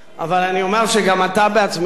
אבל אני אומר שגם אתה עצמך,